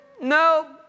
no